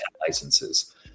licenses